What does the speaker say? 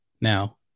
Now